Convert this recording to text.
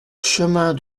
chemin